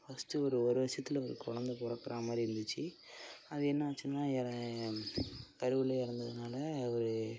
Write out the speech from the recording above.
first ஒரு ஒரு வருடத்துல ஒரு கொழந்த பிறக்குறா மாதிரி இருந்துச்சு அது என்னாச்சுன்னா எற கருவிலையே இறந்ததுனால ஒரு